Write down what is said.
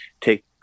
take